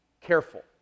careful